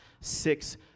six